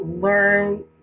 learn